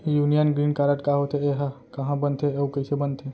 Union green card का होथे, एहा कहाँ बनथे अऊ कइसे बनथे?